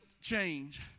change